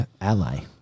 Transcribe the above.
Ally